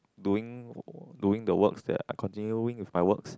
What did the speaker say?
doing doing the works that I continuing with my works